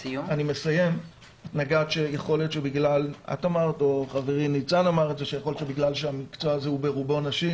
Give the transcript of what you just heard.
את או חברי ניצן אמר שמכיוון שהמקצוע הזה הוא ברובו נשי